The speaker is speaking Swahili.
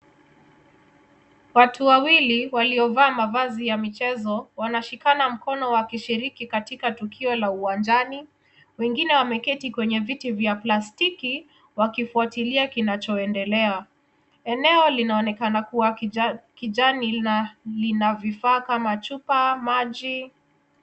Watu wawili waliovaa mavazi ya michezo wanashikana mikono wakishiriki katika tukio la uwanjani. Wengine wameketi kwenye viti vya plastiki wakifuatilia kinachoendelea. Eneo linaonekana kuwa kijani na lina vifaa kama chupa, maji.